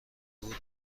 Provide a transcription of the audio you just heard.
بود